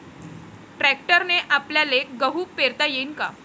ट्रॅक्टरने आपल्याले गहू पेरता येईन का?